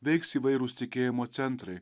veiks įvairūs tikėjimo centrai